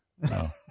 No